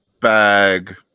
bag